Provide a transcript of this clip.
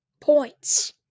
points